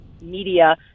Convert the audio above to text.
media